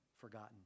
forgotten